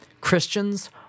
Christians